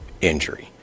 injury